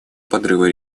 подрыва